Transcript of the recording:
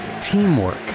teamwork